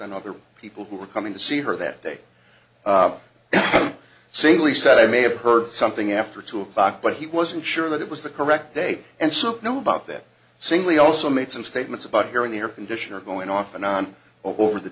on other people who were coming to see her that day and singly said i may have heard something after two o'clock but he wasn't sure that it was the correct day and so know about that singley also made some statements about hearing the air conditioner going off and on over the